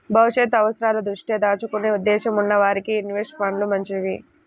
భవిష్యత్తు అవసరాల దృష్ట్యా దాచుకునే ఉద్దేశ్యం ఉన్న వారికి ఇన్వెస్ట్ ఫండ్లు మంచివి